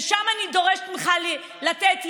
ושם אני דורשת ממך לתת יד,